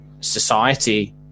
society